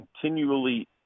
continually